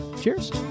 Cheers